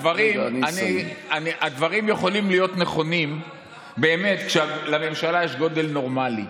הדברים יכולים להיות נכונים באמת כשלממשלה יש גודל נורמלי.